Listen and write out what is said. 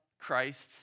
Christ's